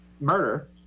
murder